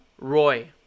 Roy